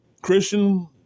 Christian